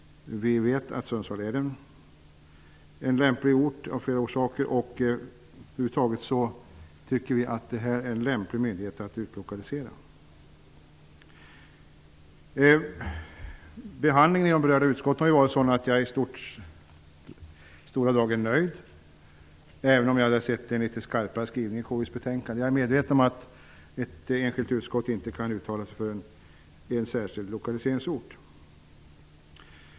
Vi vet att Sundsvall är en lämplig ort av flera skäl. Den nya myndighetsorganisationen är också lämplig att utlokalisera. Behandlingen i de berörda utskotten är jag i stora drag nöjd med, även om jag gärna sett en litet skarpare skrivning i KU:s betänkande. Jag är medveten om att ett enskilt utskott inte kan uttala sig för en särskild lokaliseringsort.